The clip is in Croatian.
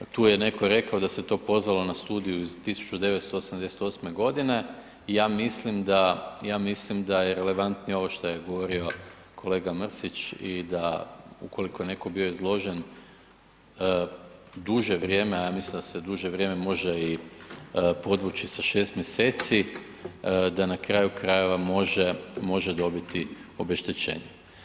Tu je neko rekao da se to pozvalo na studiju iz 1988. godine i ja mislim da je relevantnije ovo što je govorio kolega Mrsić i da ukoliko je netko bio izložen duže vrijeme, a ja mislim da se duže vrijeme može i podvući sa šest mjeseci da na kraju krajeva može dobiti obeštećenje.